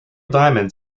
diamond